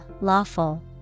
lawful